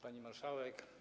Pani Marszałek!